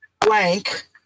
Blank